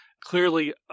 Clearly